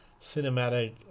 cinematic